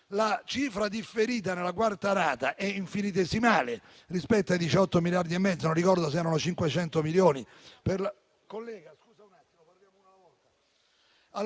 La cifra differita nella quarta rata è infinitesimale rispetto ai 18,5 miliardi di euro (non ricordo se erano 500 milioni